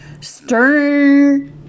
stir